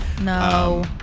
No